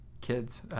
kids